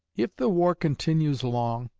if the war continues long,